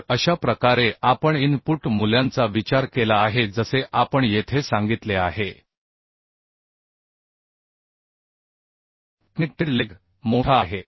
तर अशा प्रकारे आपण इनपुट मूल्यांचा विचार केला आहे जसे आपण येथे सांगितले आहे कनेक्टेड लेग मोठा आहे